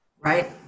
Right